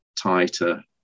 tighter